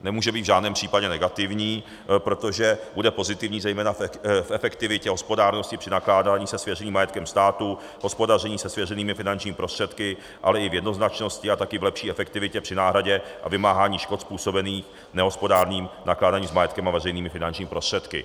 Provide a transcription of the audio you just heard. Nemůže být v žádném případě negativní, protože bude pozitivní zejména v efektivitě hospodárnosti při nakládání se svěřeným majetkem státu, hospodaření se svěřenými finančními prostředky, ale i v jednoznačnosti a také v lepší efektivitě při náhradě a vymáhání škod způsobených nehospodárným nakládáním s majetkem a veřejnými finančními prostředky.